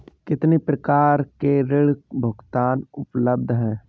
कितनी प्रकार के ऋण भुगतान उपलब्ध हैं?